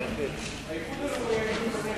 האיחוד הלאומי היו לפנינו.